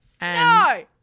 No